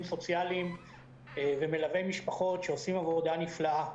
סוציאליים ומלווי משפחות שעושים עבודה נפלאה.